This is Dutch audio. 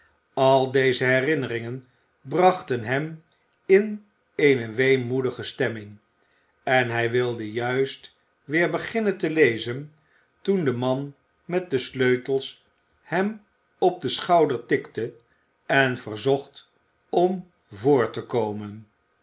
al deze herinneringen brachten hem in eene weemoedige stemming en hij wilde juist weer beginnen te lezen toen de man met de sleutels hem op den schouder tikte en verzocht om voor te komen